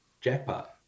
jackpot